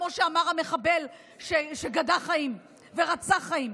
כמו שאמר המחבל שגדע חיים ורצח חיים.